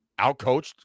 outcoached